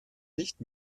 nicht